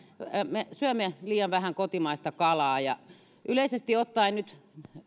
me syömme liian vähän kotimaista kalaa yleisesti ottaen nyt